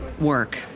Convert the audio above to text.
work